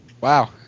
Wow